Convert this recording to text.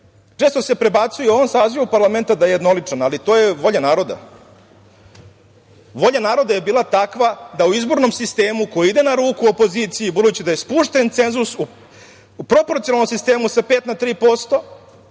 se prebacuje ovom sazivu parlamenta da je jednoličan. To je volja naroda. Volja naroda je bila takva da u izbornom sistemu koji ide na ruku opoziciji, budući da je spušten cenzus, u proporcionalnom sistemu sa 5 na 3%